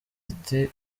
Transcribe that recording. iti